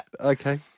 Okay